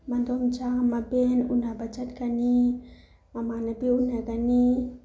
ꯃꯗꯣꯝꯆꯥ ꯃꯕꯦꯟ ꯎꯅꯕ ꯆꯠꯀꯅꯤ ꯃꯃꯥꯟꯅꯕꯤ ꯎꯅꯒꯅꯤ